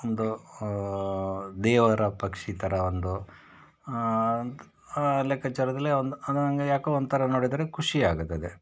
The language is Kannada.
ಒಂದು ದೇವರ ಪಕ್ಷಿ ಥರ ಒಂದು ಲೆಕ್ಕಾಚಾರದಲ್ಲಿ ಒಂದು ನಂಗೆ ಯಾಕೋ ಒಂಥರ ನೋಡಿದರೆ ಖುಷಿ ಆಗುತ್ತದೆ